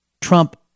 Trump